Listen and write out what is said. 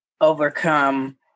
overcome